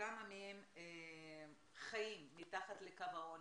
כמה מהם חיים מתחת לקו העוני,